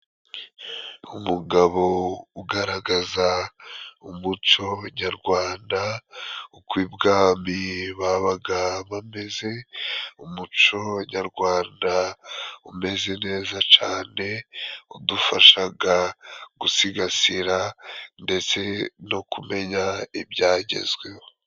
Umugabo ugaragaza umuco nyarwanda ,uko ibwami babaga bameze, umuco nyarwanda umeze neza cane, udufashaga gusigasira ndetse no kumenya ibyagezweho.